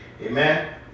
Amen